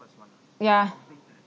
yeah